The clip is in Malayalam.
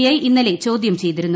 ഐ ഇന്നലെ ചോദ്യം ചെയ്തിരുന്നു